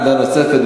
עמדה נוספת,